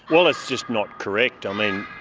well, it's just not correct. i mean,